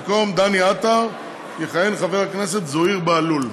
במקום דני עטר יכהן חבר הכנסת זוהיר בהלול.